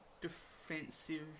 defensive